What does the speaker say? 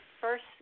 first